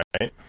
right